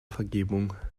vergebung